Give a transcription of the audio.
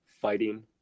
fighting